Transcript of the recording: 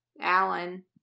Alan